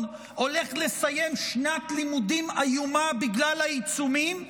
הולך לסיים שנת לימודים איומה בגלל העיצומים.